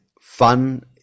fun